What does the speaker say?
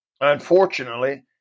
unfortunately